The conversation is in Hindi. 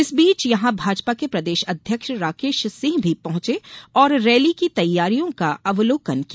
इस बीच यहां भाजपा के प्रदेश अध्यक्ष राकेश सिंह भी पहुंचे और रैली की तैयारियां का अवलोकन किया